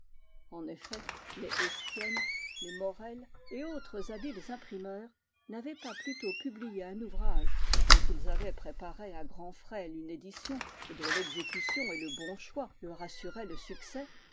en effet les estienne les morel et autres habiles imprimeurs n'avaient pas plus tôt publié un ouvrage dont ils avaient préparé à grands frais une édition et dont l'exécution et le bon choix leur assuraient le succès